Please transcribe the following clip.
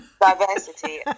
Diversity